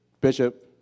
bishop